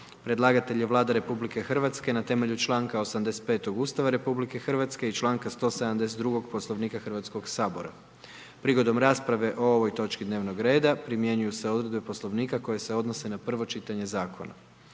Predlagatelj je Vlada Republike Hrvatske na temelju članka 85. Ustava RH i članka 172. u svezi s člankom 190. Poslovnika Hrvatskog sabora. Prigodom rasprave o ovoj točci dnevnoga reda primjenjuju se odredbe Poslovnika koje se odnose na drugo čitanje zakona